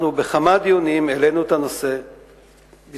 אנחנו העלינו את הנושא בכמה דיונים,